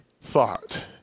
thought